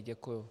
Děkuju.